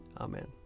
Amen